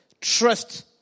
trust